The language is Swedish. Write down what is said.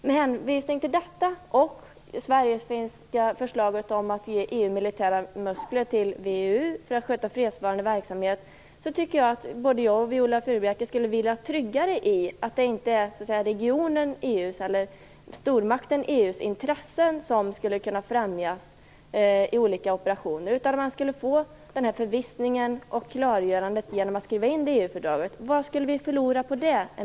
Med hänvisning till detta och till det svensk-finska förslaget om att ge EU militära muskler till VEU för att sköta fredsbevarande verksamhet tycker jag att både jag och Viola Furubjelke skulle vila tryggare i att det inte är regionen eller stormakten EU vars intressen skulle kunna främjas i olika operationer. Man skulle kunna få förvissning och klargörande genom att skriva in detta i EU-fördraget.